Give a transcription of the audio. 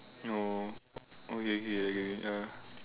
no okay K K okay ya